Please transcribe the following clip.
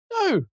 No